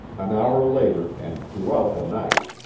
an hour later and throughout the night,